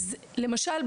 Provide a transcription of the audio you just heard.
למשל,